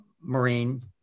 Marine